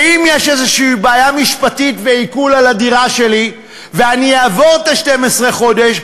ואם יש איזו בעיה משפטית ועיקול על הדירה שלי ואני אעבור את 12 החודש?